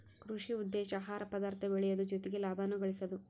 ಕೃಷಿ ಉದ್ದೇಶಾ ಆಹಾರ ಪದಾರ್ಥ ಬೆಳಿಯುದು ಜೊತಿಗೆ ಲಾಭಾನು ಗಳಸುದು